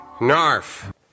narf